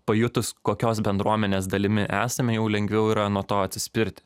pajutus kokios bendruomenės dalimi esame jau lengviau yra nuo to atsispirti